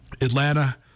Atlanta